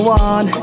one